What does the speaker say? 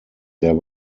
there